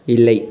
இல்லை